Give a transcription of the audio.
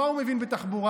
מה הוא מבין בתחבורה?